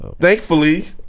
thankfully